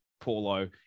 Paulo